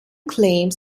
claims